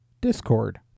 Discord